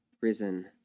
risen